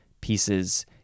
pieces